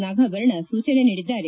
ನಾಗಾಭರಣ ಸೂಚನೆ ನೀಡಿದ್ದಾರೆ